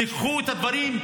קחו את הדברים,